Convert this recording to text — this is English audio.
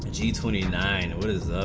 si twenty nine